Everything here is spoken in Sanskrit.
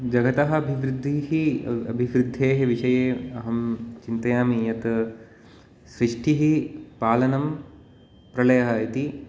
जगतः अभिवृद्धेः अभिवृद्धेः विषये अहं चिन्तयामि यत् सृष्टेः पालनं प्रलयः इति